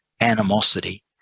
animosity